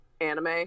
anime